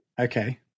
okay